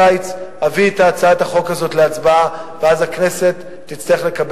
של חברי הכנסת אורלי לוי אבקסיס, אחמד טיבי, גאלב